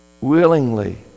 willingly